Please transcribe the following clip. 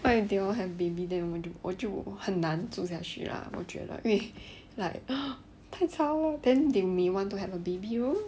what if they want have baby then 我就很难住下去 liao 我觉得因为 like 太吵了 then they may want to have a baby room